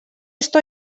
что